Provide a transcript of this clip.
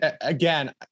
again